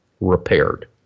repaired